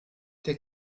der